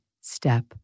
step